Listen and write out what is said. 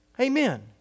Amen